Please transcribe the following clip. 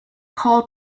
call